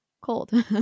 cold